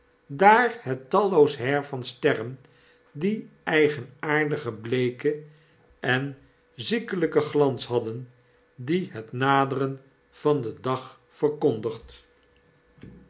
daar het talloos heir van sterren dien eigenaardigen bleeken en ziekelyken glans hadden die het naderen van den dag verkondigt